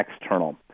external